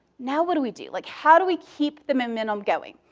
now what do we do? like how do we keep the momentum going?